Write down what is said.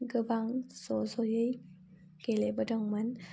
गोबां ज' जयै गेलेबोदोंमोन